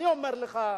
אני אומר לך,